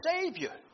Savior